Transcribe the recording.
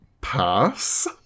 Pass